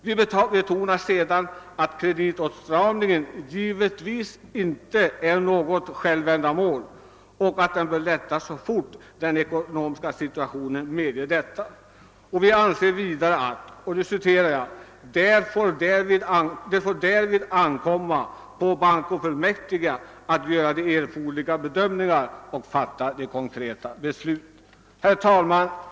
Vi betonar sedan att kreditåtstramningen givetvis inte är något självändamål och att den bör lättas så fort den ekonomiska situationen medger det. Vidare säger vi: >Det får därvid ankomma på bankofullmäktige att göra de erforderliga bedömningarna och fatta de konkreta besluten.» Herr talman!